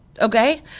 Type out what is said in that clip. okay